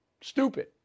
stupid